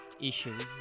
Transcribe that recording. issues